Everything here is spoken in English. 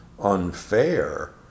unfair